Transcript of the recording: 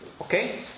Okay